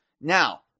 Now